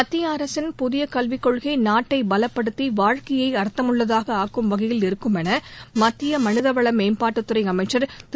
மத்திய அரசின் புதிய கல்விக்கொள்கை நாட்டை பலப்படுத்தி வாழ்க்கையை அர்த்தமுள்ளதாக ஆக்கும் வகையில் இருக்கும் என மத்திய மனித வள மேம்பாட்டுத்துறை அமைச்சர் திரு